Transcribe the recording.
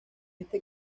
este